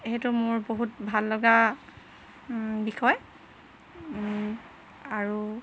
সেইটো মোৰ বহুত ভাললগা বিষয় আৰু